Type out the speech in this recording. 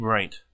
Right